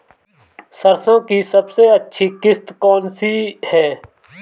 सरसो की सबसे अच्छी किश्त कौन सी है?